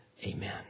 Amen